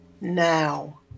Now